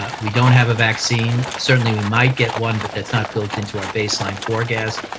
ah we don't have a vaccine. certainly we might get one, but that's not built into our baseline forecast.